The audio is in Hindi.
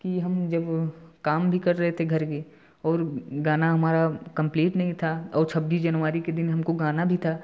था कि हम जब काम भी कर रहे थे घर के और गाना हमारा कम्प्लीट नहीं था औ छब्बीस जनवरी के दिन हमको गाना भी था